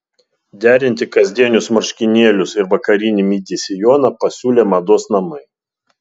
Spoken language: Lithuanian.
derinti kasdienius marškinėlius ir vakarinį midi sijoną pasiūlė mados namai